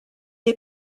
est